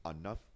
enough